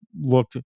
looked